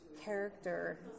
character